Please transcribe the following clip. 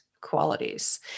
qualities